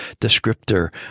descriptor